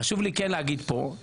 חשוב לי כן להגיד פה,